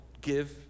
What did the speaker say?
give